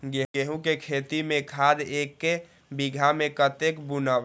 गेंहू के खेती में खाद ऐक बीघा में कते बुनब?